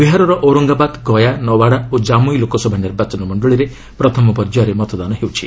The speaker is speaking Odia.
ବିହାରର ଔରଙ୍ଗାବାଦ ଗୟା ନାୱାଡ଼ା ଓ ଜାମୁଇ ଲୋକସଭା ନିର୍ବାଚନ ମଣ୍ଡଳୀରେ ପ୍ରଥମ ପର୍ଯ୍ୟାୟରେ ମତଦାନ ହେଉଛି